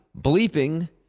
bleeping